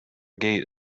gate